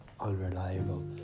unreliable